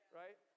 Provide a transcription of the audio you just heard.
right